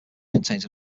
contains